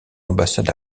ambassade